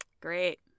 Great